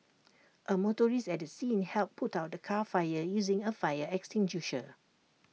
A motorist at the scene helped put out the car fire using A fire extinguisher